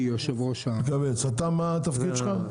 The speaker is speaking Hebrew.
מה תפקידך?